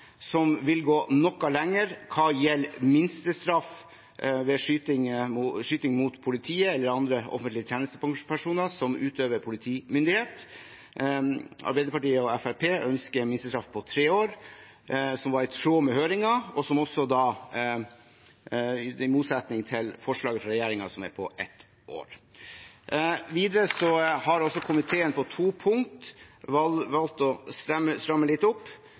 som vil gå noe lenger hva gjelder minstestraff ved skyting mot politiet eller andre offentlige tjenestepersoner som utøver politimyndighet. Arbeiderpartiet og Fremskrittspartiet ønsker en minstestraff på tre år, som var i tråd med høringen, og som er i motsetning til forslaget til regjeringen, som er på ett år. Videre har komiteen på to punkter valgt å stramme litt opp.